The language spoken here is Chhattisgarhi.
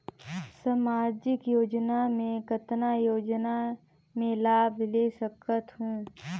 समाजिक योजना मे कतना योजना मे लाभ ले सकत हूं?